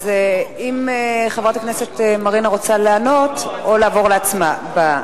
אם חברת הכנסת מרינה רוצה לענות, או לעבור להצבעה.